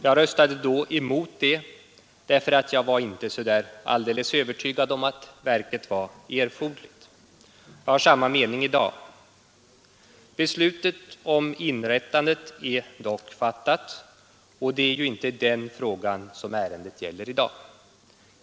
Jag röstade då emot detta, därför att jag inte var så alldeles övertygad om att verket var erforderligt. Jag har samma mening i dag. Beslutet om inrättandet är dock fattat, och det är inte den frågan ärendet gäller i dag.